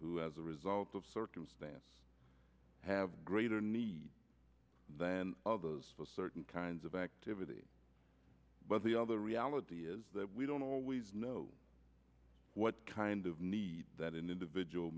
who as a result of circumstance have greater need than others for certain kinds of activity but the other reality is that we don't always know what kind of need that an individual